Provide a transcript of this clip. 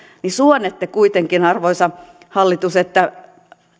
suonette kuitenkin arvoisa hallitus että